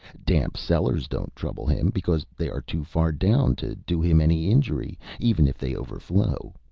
damp cellars don't trouble him, because they are too far down to do him any injury, even if they overflow.